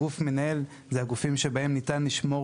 גוף מנהל זה הגופים שבהם ניתן לשמור